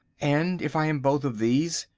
and if i am both of these,